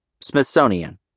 Smithsonian